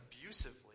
abusively